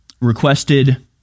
requested